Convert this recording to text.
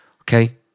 okay